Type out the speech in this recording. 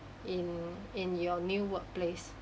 in in your new workplace